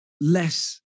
less